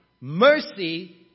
Mercy